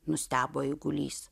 nustebo eigulys